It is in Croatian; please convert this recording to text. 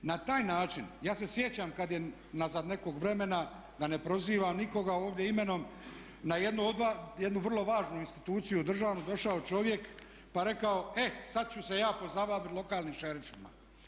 Na taj način, ja se sjećam kad je unazad nekog vremena da ne prozivam nikoga ovdje imenom, na jednu vrlo važnu instituciju u državi došao čovjek pa rekao e sad ću se ja pozabaviti lokalnim šerifima.